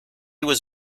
was